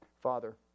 Father